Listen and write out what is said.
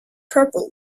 purple